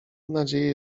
nadzieję